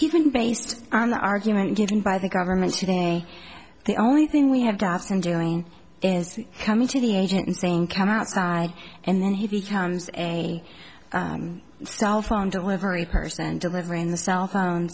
even based on the argument given by the government today the only thing we have gotten doing is coming to the agent and saying come outside and then he comes a cell phone delivery person delivering the cell phone